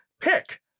pick